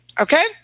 Okay